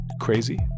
crazy